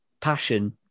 passion